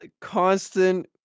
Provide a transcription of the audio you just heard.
Constant